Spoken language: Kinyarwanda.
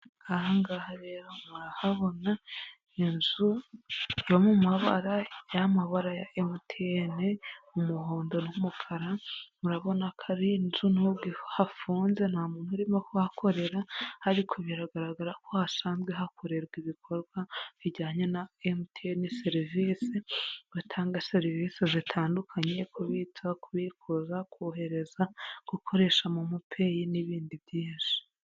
Aha ngaha rero murahabona inzu yo mu mabara ya mabara ya Emutiyene, umuhondo n'umukara, murabona ko ari n'inzu nubwo hafunze nta muntu urimo kuhakorera, ariko biragaragara ko hasanzwe hakorerwa ibikorwa bijyanye na Emutiyene serivisi, batanga serivisi zitandukanye, kubitsa, kubikuza, kohereza, gukoresha momo peyi n'ibindi byinshi.